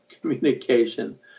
communication